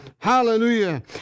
Hallelujah